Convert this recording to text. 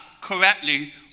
correctly